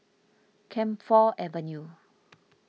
Camphor Avenue